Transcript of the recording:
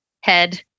head